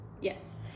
Yes